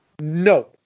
No